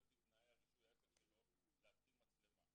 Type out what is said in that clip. פי תנאי רישוי העסק שלו להתקין מצלמה.